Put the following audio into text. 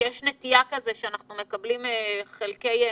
כי יש נטייה כזו שאנחנו מקבלים חלקי נתונים,